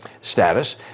status